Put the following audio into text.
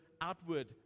outward